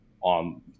on